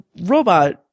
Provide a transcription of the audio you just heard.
robot